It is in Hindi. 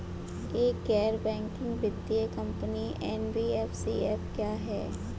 एक गैर बैंकिंग वित्तीय कंपनी एन.बी.एफ.सी क्या है?